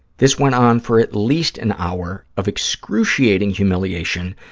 this went on for at least an hour of excruciating humiliation.